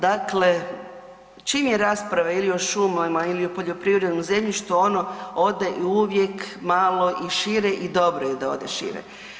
Dakle, čim je rasprava ili o šumama ili o poljoprivrednom zemljištu, ono ode i uvijek malo i šire i dobro je da ode šire.